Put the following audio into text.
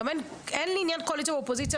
אין לי עניין קואליציה ואופוזיציה,